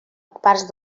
parts